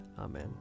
Amen